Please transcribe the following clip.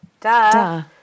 duh